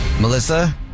Melissa